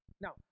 Now